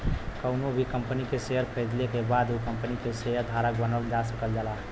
कउनो भी कंपनी क शेयर खरीदले के बाद उ कम्पनी क शेयर धारक बनल जा सकल जाला